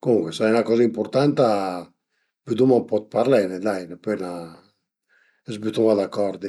comuncue s'al e 'na coza ëmpurtanta, püduma ën po parlene dai s'bütuma d'acordi